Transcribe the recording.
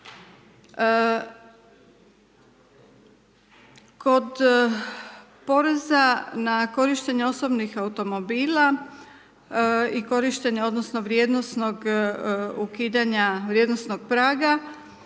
Kod poreza na korištenje osobnih automobila i korištenje, odnosno vrijednosnog ukidanja vrijednosnog praga